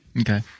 Okay